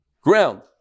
ground